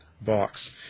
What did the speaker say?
box